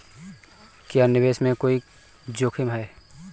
क्या निवेश में कोई जोखिम है?